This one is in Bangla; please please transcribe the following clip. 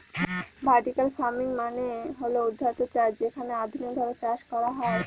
ভার্টিকাল ফার্মিং মানে হল ঊর্ধ্বাধ চাষ যেখানে আধুনিকভাবে চাষ করা হয়